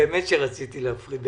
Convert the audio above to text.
רצה לדעת,